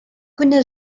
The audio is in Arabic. كنا